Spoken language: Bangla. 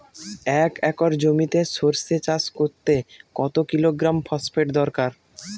এক একর জমিতে সরষে চাষ করতে কত কিলোগ্রাম ফসফেট দরকার?